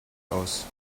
aus